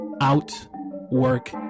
outwork